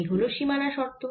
এই হল সীমানা শর্ত